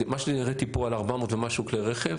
מה שהראיתי פה על 400 ומשהו כלי רכב,